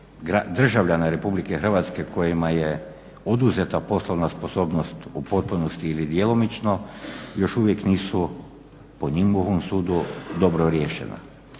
državljana Republike Hrvatske kojima je oduzeta poslovna sposobnost u potpunosti ili djelomično još uvijek nisu po njihovom sudu dobro riješena.